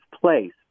place